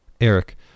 Eric